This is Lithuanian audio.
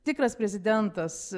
tikras prezidentas